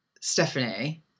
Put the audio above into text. Stephanie